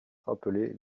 rappeler